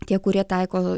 tie kurie taiko